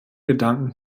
gedanken